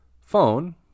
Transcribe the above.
phone